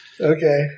Okay